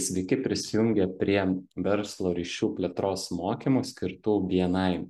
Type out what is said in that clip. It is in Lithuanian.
sveiki prisijungę prie verslo ryšių plėtros mokymų skirtų bni